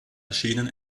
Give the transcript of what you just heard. erschienen